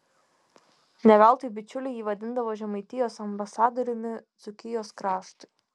ne veltui bičiuliai jį vadindavo žemaitijos ambasadoriumi dzūkijos kraštui